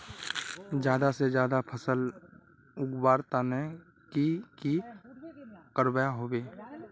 ज्यादा से ज्यादा फसल उगवार तने की की करबय होबे?